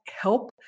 help